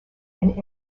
and